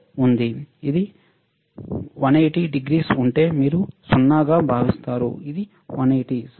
ఇది 180o ఉంటే మీరు 0 గా భావిస్తారు ఇది 180 సరియైనది